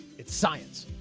it's science.